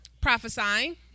prophesying